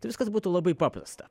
tai viskas būtų labai paprasta